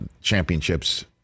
championships